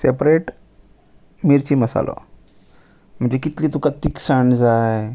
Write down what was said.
separate मिर्ची मसालो म्हणजे कितली तुका तिखसाण जाय